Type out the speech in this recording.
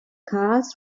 cars